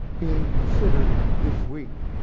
being considered this week,